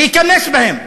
להיכנס בהם.